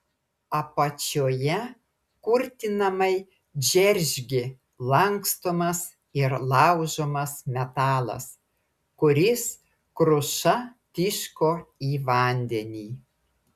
apačioje kurtinamai džeržgė lankstomas ir laužomas metalas kuris kruša tiško į vandenį